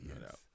yes